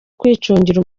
kwicungira